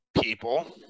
people